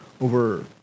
over